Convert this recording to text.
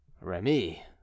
Remy